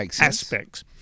aspects